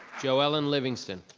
joellen livingston.